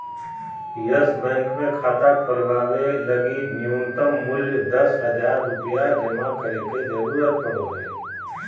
yes Bank मे खाता खोलवावे लगी नुय्तम मूल्य दस हज़ार रुपया जमा करे के जरूरत पड़ो हय